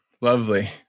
Lovely